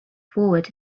forward